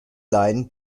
line